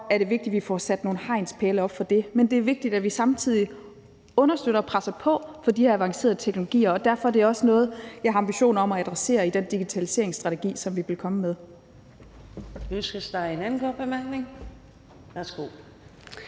er det vigtigt, at vi får sat nogle hegnspæle op for det, men det er vigtigt, at vi samtidig understøtter og presser på for de her avancerede teknologier, og derfor er det også noget, jeg har ambitioner om at adressere i den digitaliseringsstrategi, som vi vil komme med.